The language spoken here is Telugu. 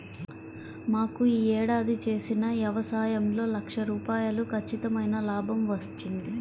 మాకు యీ ఏడాది చేసిన యవసాయంలో లక్ష రూపాయలు ఖచ్చితమైన లాభం వచ్చింది